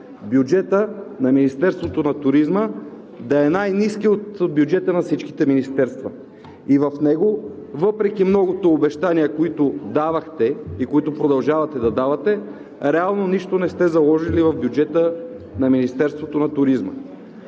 бюджетът на Министерството на туризма да е най-ниският от бюджетите на всичките министерства. И в него, въпреки многото обещания, които давахте и продължавате да давате, реално нищо не сте заложили в бюджета на Министерството на туризма.